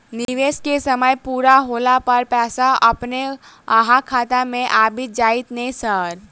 निवेश केँ समय पूरा होला पर पैसा अपने अहाँ खाता मे आबि जाइत नै सर?